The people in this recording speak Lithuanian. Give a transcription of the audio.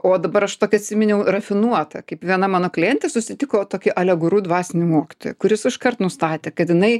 o dabar aš tokį atsiminiau rafinuotą kaip viena mano klientė susitiko tokį ale guru dvasinį mokytoją kuris iškart nustatė kad jinai